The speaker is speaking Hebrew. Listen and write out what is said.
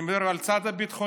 אני מדבר על הצד הביטחוני.